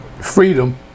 freedom